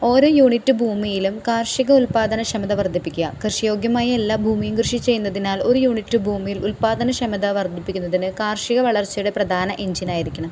ഓരോ യൂണിറ്റ് ഭൂമിയിലും കാർഷിക ഉൽപാദന ക്ഷമത വർധിപ്പിക്കുക കൃഷിയോഗ്യമായ എല്ലാ ഭൂമിയും കൃഷി ചെയ്യുന്നതിനാൽ ഒരു യൂണിറ്റ് ഭൂമിയിൽ ഉൽപാദന ക്ഷമത വർദ്ധിപ്പിക്കുന്നതിന് കാർഷിക വളർച്ചയുടെ പ്രധാന എഞ്ചിൻ ആയിരിക്കണം